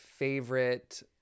Favorite